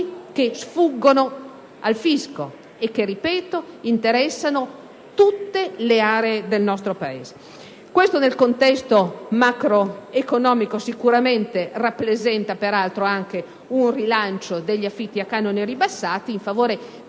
che sfuggono al fisco e che - ripeto - interessano tutte le aree del nostro Paese. Peraltro, nel contesto macroeconomico ciò rappresenterebbe sicuramente anche un rilancio degli affitti a canoni ribassati in favore